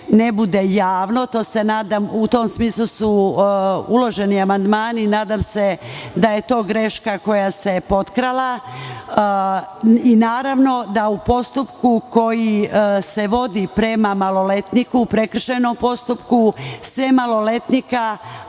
ne bude javno, u tom smislu su uloženi amandmani. Nadam se da je to greška koja se potkrala. Naravno da u postupku koji se vodi prema maloletniku, prekršajnom postupku, sem maloletnika,